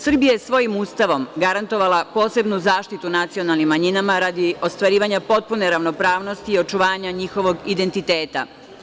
Srbija je svojim Ustavom garantovala posebnu zaštitu nacionalnim manjinama, radi ostvarivanja potpune ravnopravnosti i očuvanja njihovog identiteta.